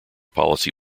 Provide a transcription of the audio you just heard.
policy